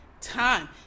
time